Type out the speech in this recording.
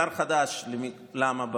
שר חדש למה,